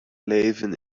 leven